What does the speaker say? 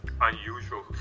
unusual